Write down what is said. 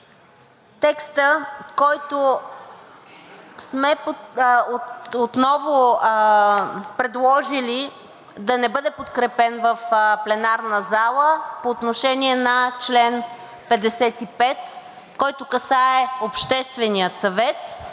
текстът, който сме предложили отново – да не бъде подкрепен в пленарната зала, по отношение на чл. 55, който касае Обществения съвет,